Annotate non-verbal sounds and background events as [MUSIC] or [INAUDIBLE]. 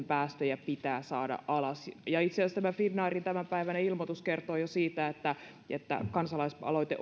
[UNINTELLIGIBLE] päästöjä pitää saada alas itse asiassa tämä finnairin tämänpäiväinen ilmoitus kertoo jo siitä että tämä kansalaisaloite [UNINTELLIGIBLE]